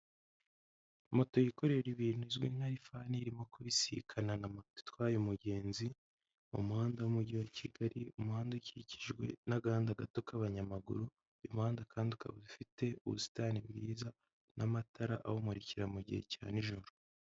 Moto yikorera ibintu izwi nka rifani irimo kubisikana na moto itwaye umugenzi mu muhanda w'umujyi wa Kigali, umuhanda ukikijwe n'agahanda gato k'abanyamaguru uyu muhanda kandi ukaba ufite ubusitani bwiza n'amatara awumurikira mu gihe cya n'ijoro.